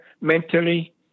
mentally